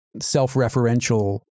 self-referential